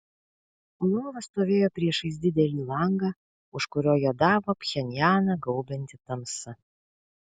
lova stovėjo priešais didelį langą už kurio juodavo pchenjaną gaubianti tamsa